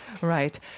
Right